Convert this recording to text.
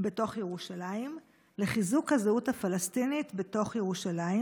בתוך ירושלים לחיזוק הזהות הפלסטינית בתוך ירושלים,